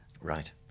Right